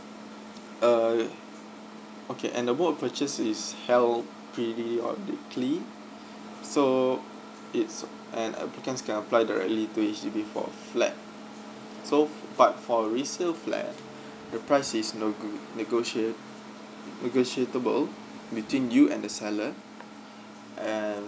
uh okay and the bowl of purchase is hell P_D or deeply be so it's and applicants can apply directly to H_D_B for a flat so but for a resale flat the price is nego~ negotiate negotiable between you and the seller and